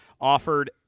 offered